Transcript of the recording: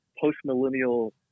post-millennial